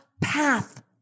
path